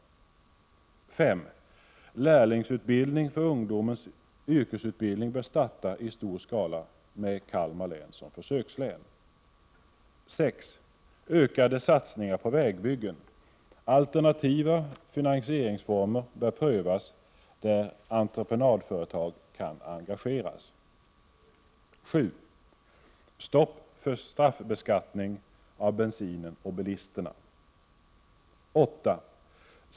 5. Lärlingsutbildning för ungdomens yrkesutbildning bör starta i stor skala, med Kalmar län som försökslän. 6. Ökade satsningar på vägbyggen. Alternativa finansieringsformer bör prövas där entreprenadföretag kan engageras. 8.